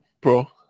bro